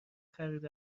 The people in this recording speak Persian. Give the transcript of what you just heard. خرید